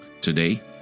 Today